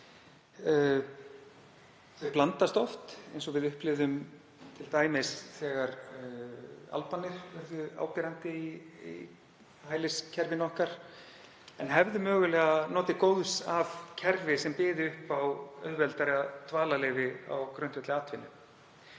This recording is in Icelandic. mál blandast oft, eins og við upplifðum t.d. þegar Albanir urðu áberandi í hæliskerfinu okkar en hefðu mögulega notið góðs af kerfi sem byði upp á auðveldara dvalarleyfi á grundvelli atvinnu.